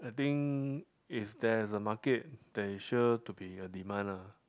I think if there is a market there is sure to be a demand lah